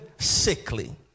sickly